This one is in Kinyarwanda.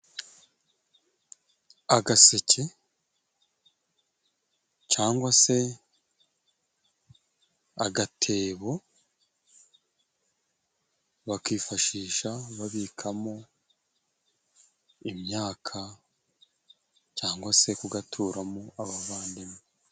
Agaseke cyangwa se agatebo bakifashisha babikamo imyaka cyangwa se kugaturamo abavandimwe.